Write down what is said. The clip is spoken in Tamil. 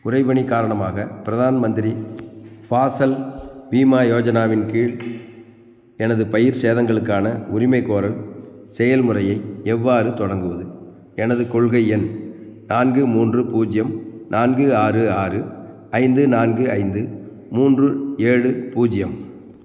உறைபனி காரணமாக பிரதான் மந்திரி ஃபாசல் பீமா யோஜனாவின் கீழ் எனது பயிர் சேதங்களுக்கான உரிமைகோரல் செயல்முறையை எவ்வாறு தொடங்குவது எனது கொள்கை எண் நான்கு மூன்று பூஜ்ஜியம் நான்கு ஆறு ஆறு ஐந்து நான்கு ஐந்து மூன்று ஏழு பூஜ்ஜியம்